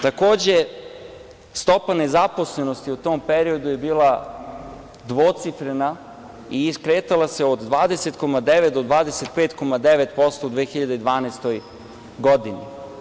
Takođe, stopa nezaposlenosti u tom periodu je bila dvocifrena i kretala se od 20,9 do 25,9% u 2012. godini.